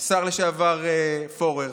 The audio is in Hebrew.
השר לשעבר פורר,